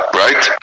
right